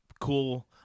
cool